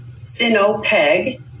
Sinopeg